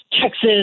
Texas